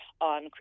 on